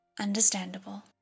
understandable